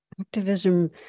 activism